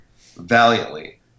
valiantly